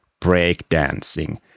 breakdancing